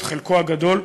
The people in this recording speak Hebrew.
את חלקו הגדול,